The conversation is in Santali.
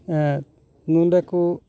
ᱟᱨ ᱚᱠᱚᱭ ᱠᱩ